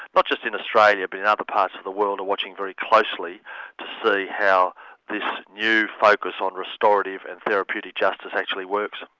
not just in australia, but in other parts of the world, are watching very closely to see how this new focus on restorative and therapeutic justice actually works.